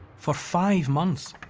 for five months,